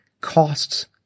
costs